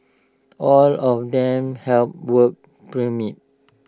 all of them held work permits